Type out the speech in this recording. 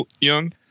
young